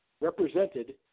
represented